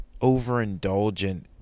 overindulgent